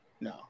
No